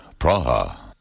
Praha